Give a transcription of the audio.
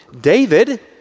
David